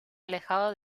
alejado